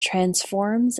transforms